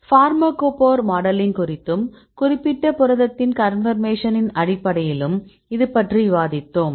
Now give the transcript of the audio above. pharmacophore modelling குறித்தும் குறிப்பிட்ட புரதத்தின் கன்பர்மேஷனின் அடிப்படையிலும் இது பற்றி விவாதித்தோம்